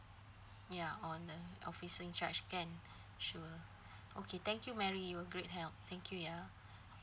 ya or the officer in charge can sure okay thank you mary you were great help thank you ya